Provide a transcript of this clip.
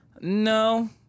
No